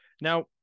Now